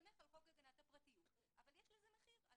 ולהסתמך על חוק הגנת הפרטיות אבל יש לזה מחיר.